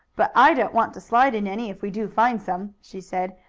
but i don't want to slide in any if we do find some, she said.